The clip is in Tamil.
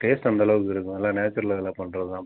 டேஸ்ட் அந்த அளவுக்கு இருக்கும் எல்லாம் நேச்சுரல் இதான் பண்றதுதான்